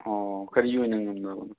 ꯑꯣ ꯀꯔꯤ ꯑꯣꯏꯅ ꯉꯝꯗꯕꯅꯣ